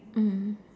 mm